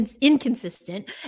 inconsistent